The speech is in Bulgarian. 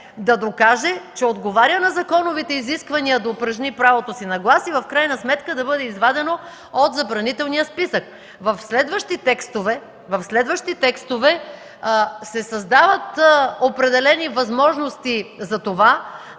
да докаже, че отговаря на законовите изисквания да упражни правото си на глас и в крайна сметка да бъде извадено от забранителния списък. В следващи текстове се създават определени възможности за това,